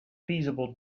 feasible